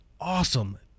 awesome